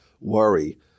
worry